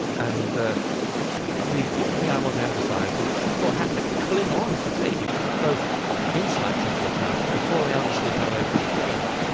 and the important thing i want to emphasize is that people had to cling on to taking both insights into account before they understood how they fitted together.